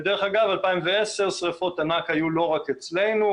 דרך אגב, 2010, שריפות ענק היו לא רק אצלנו.